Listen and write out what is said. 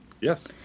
Yes